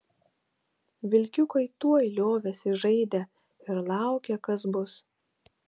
vilkiukai tuoj liovėsi žaidę ir laukė kas bus